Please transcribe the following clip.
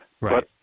Right